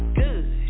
good